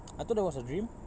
I thought that was a dream